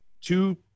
two